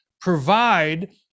provide